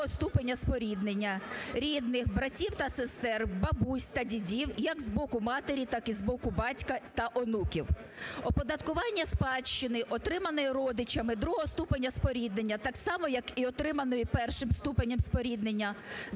другого ступеню споріднення, рідних, братів та сестер, бабусь та дідів як з боку матері так і з боку батька та онуків. Оподаткування спадщини отриманої родичами другого ступеню споріднення так само як і отриманої першим ступенем споріднення